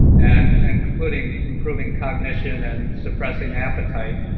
and including improving cognition and suppressing appetite,